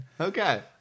Okay